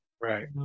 Right